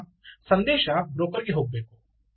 ಈಗ ಸಂದೇಶ ಬ್ರೋಕರ್ಗೆ ಹೋಗಬೇಕು